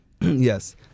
Yes